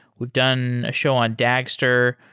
we've done a show on dagster.